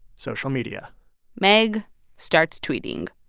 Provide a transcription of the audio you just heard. social media megh starts tweeting,